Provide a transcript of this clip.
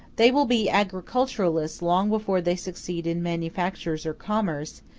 they will be agriculturists long before they succeed in manufactures or commerce,